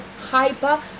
hyper